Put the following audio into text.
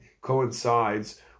coincides